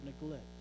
neglect